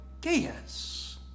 Gaius